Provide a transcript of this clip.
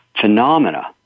phenomena